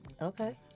Okay